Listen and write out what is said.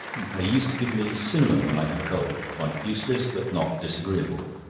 they used to give me cinnamon when i had a cold quite useless, but not disagreeable.